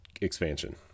expansion